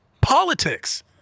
politics